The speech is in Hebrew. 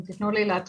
אם תתנו לי להתחיל,